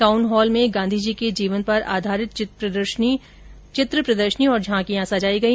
town hall में गांधीजी के जीवन पर आधारित चित्र प्रदर्शनी और झांकियां सजाई गई